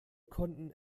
konnten